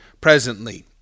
presently